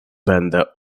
będę